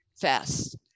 fast